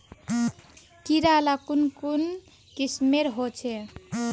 कीड़ा ला कुन कुन किस्मेर होचए?